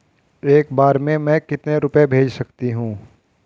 एक बार में मैं कितने रुपये भेज सकती हूँ?